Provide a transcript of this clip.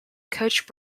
coach